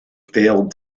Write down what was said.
failed